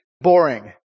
boring